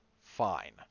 fine